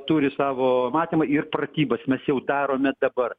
turi savo matymą ir pratybas mes jau darome dabar